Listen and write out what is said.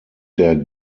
der